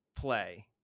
play